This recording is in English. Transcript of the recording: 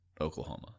Oklahoma